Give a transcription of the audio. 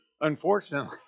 unfortunately